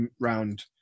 round